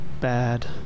bad